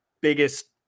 biggest